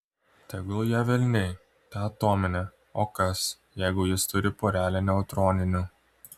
tegul ją velniai tą atominę o kas jeigu jis turi porelę neutroninių